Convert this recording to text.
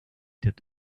did